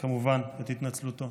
כמובן את התנצלותו.